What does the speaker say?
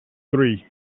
three